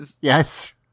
Yes